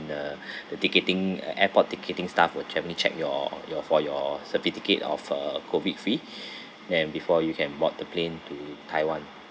the the ticketing uh airport ticketing staff will definitely check your of your for your certificate of uh COVID free and before you can board the plane to taiwan